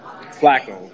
Flacco